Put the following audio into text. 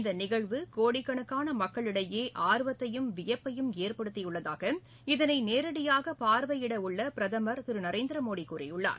இந்த நிகழ்வு கோடிக்கணக்கான மக்களிடையே ஆர்வத்தையும் வியப்பையும் ஏற்படுத்தியுள்ளதாக இதனை நேரடியாக பார்வையிட உள்ள பிரதமர் திரு நரேந்திர மோடி கூறியுள்ளார்